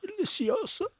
Delicioso